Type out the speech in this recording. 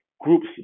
groups